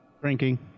Drinking